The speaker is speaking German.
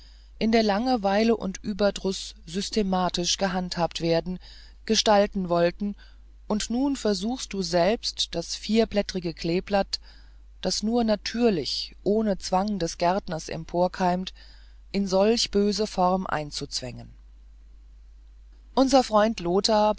in der langeweile und überdruß systematisch gehandhabt werden gestalten wollte und nun versuchst du selbst das vierblättrige kleeblatt das nur natürlich ohne zwang des gärtners emporkeimt in solch böse form einzuzwängen unser freund